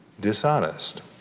dishonest